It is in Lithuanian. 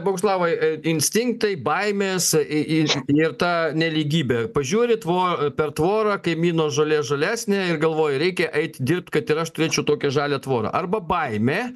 boguslavai ė instinktai baimės į į ir ta nelygybė pažiūri tvojo per tvorą kaimyno žolė žalesnė ir galvoji reikia eit dirbt kad ir aš turėčiau tokią žalią tvorą arba baimė